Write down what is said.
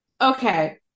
Okay